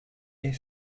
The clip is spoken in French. est